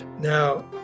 Now